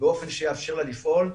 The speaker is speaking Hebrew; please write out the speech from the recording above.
באופן שיאפשר לה לפעול,